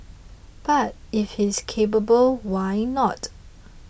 but if he is capable why not